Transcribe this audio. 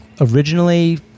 originally